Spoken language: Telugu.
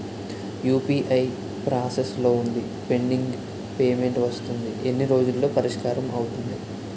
యు.పి.ఐ ప్రాసెస్ లో వుంది పెండింగ్ పే మెంట్ వస్తుంది ఎన్ని రోజుల్లో పరిష్కారం అవుతుంది